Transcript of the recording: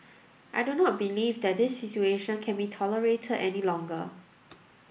I do not believe that this situation can be tolerated any longer